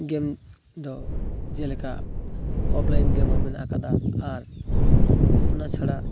ᱜᱮᱢᱫᱚ ᱡᱮᱞᱮᱠᱟ ᱚᱯᱷᱞᱟᱭᱤᱱ ᱜᱮᱢᱦᱚᱸ ᱢᱮᱱᱟᱜ ᱟᱠᱟᱫᱟ ᱟᱨ ᱚᱱᱟ ᱪᱷᱟᱲᱟ